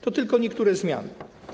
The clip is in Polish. To tylko niektóre zmiany.